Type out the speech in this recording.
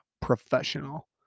Professional